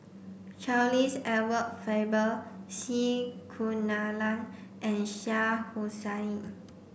Charles Edward Faber C Kunalan and Shah Hussain